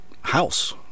house